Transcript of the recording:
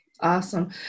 Awesome